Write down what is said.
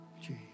Jesus